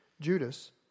Judas